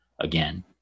again